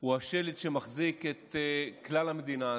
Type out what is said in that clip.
הוא השלד שמחזיק את כלל המדינה.